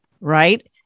right